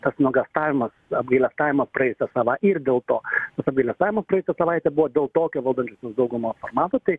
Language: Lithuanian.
tas nuogąstavimas apgailestavimas praeitą savai ir dėl to tas apgailestavimas praeitą savaitę buvo dėl tokio valdančiosios daugumos formato tai